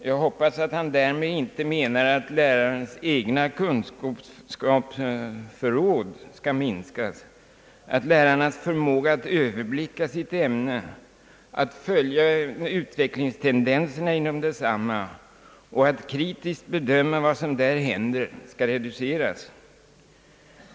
Jag hoppas att han därmed inte menar att lärarnas egna kunskapsförråd skall minskas och att lärarnas förmåga att överblicka sitt ämne, följa utvecklingstendenserna inom detsamma och att kritiskt bedöma vad som där händer skall reduceras.